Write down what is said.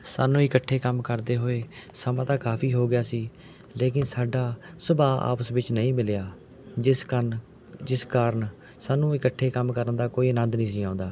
ਸਾਨੂੰ ਇਕੱਠੇ ਕੰਮ ਕਰਦੇ ਹੋਏ ਸਮਾਂ ਤਾਂ ਕਾਫ਼ੀ ਹੋ ਗਿਆ ਸੀ ਲੇਕਿਨ ਸਾਡਾ ਸੁਭਾਅ ਆਪਸ ਵਿੱਚ ਨਹੀਂ ਮਿਲਿਆ ਜਿਸ ਕਾਰਨ ਜਿਸ ਕਾਰਨ ਸਾਨੂੰ ਇਕੱਠੇ ਕੰਮ ਕਰਨ ਦਾ ਕੋਈ ਆਨੰਦ ਨਹੀਂ ਸੀ ਆਉਂਦਾ